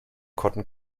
cotton